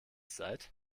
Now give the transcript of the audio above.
seid